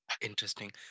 Interesting